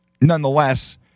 nonetheless